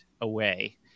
away